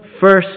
first